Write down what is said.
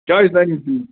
کیٛازِ تَمہِ